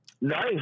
Nice